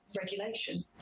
regulation